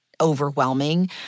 overwhelming